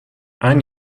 ein